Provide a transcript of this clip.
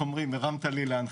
הרמת לי להנחתה.